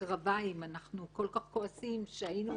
בקרביים אנחנו כל כך כועסים שהיינו